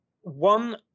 One